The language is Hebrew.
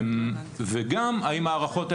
וגם האם ההערכות שנעשו,